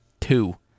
two